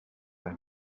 they